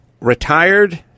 retired